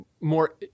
more